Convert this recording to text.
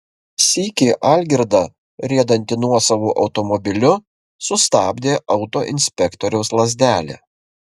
sykį algirdą riedantį nuosavu automobiliu sustabdė autoinspektoriaus lazdelė